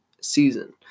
season